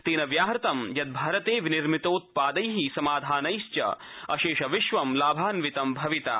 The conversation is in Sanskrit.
तक वियाहत यत् भारत विनिर्मितोत्पादेः समाधनैश्च अश्व विश्वं लाभान्वितं भविता